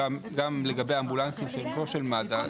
גם לגבי אמבולנסים שהם לא של מד"א,